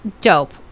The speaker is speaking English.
dope